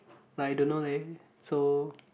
like I don't know leh so